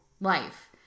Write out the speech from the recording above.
life